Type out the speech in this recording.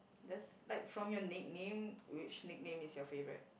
that's like from your nickname which nickname is your favourite